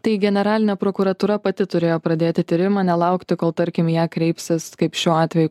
tai generalinė prokuratūra pati turėjo pradėti tyrimą nelaukti kol tarkim į ją kreipsis kaip šiuo atveju